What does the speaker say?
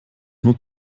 nur